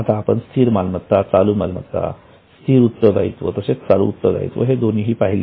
आता आपण स्थिर मालमत्ता चालू मालमत्ता आणि स्थिर उत्तरदायित्व तसेच चालू उत्तरदायित्व हे दोन्ही पाहिले